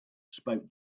spoke